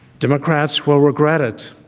democrats will regret it